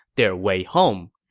their way home.